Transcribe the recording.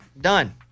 done